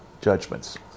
judgments